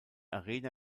arena